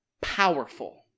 powerful